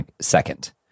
second